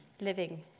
living